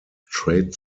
trade